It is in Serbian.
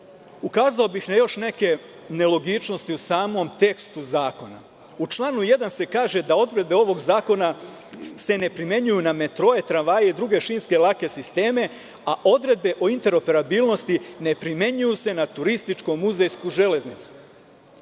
bih na još neke nelogičnosti u samom tekstu zakona. U članu 1. se kaže da odredbe ovog zakona se ne primenjuju na metroe, tramvaje i druge šinske lake sisteme, a odredbe o interoperabilnosti ne primenjuju se na turističko-muzejsku železnicu.